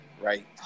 Right